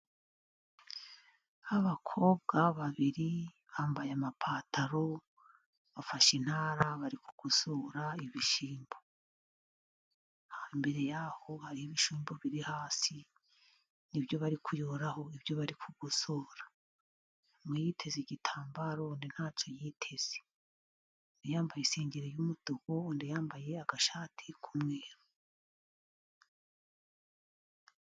Abakobwa babiri, bambaye amapantaro bafashe intara bari kugosora ibishyimbo, aha imbere yabo hariho ibishyimbo biri hasi n'ibyo bari kuyoboraho n'ibyo bari kugosora, umwe yiteze igitambaro undi ntacyo yiteze, yambaye isengeri y'umutuku undi yambaye agashati k'umweru.